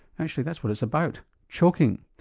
actually that's what it's about choking,